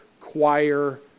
choir